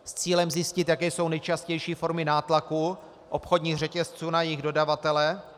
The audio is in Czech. S cílem zjistit, jaké jsou nejčastější formy nátlaku obchodních řetězců na jejich dodavatele.